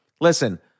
listen